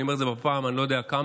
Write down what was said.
אני אומר את זה בפעם אני לא יודע כמה,